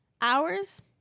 Hours